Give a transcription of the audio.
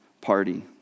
party